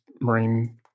marine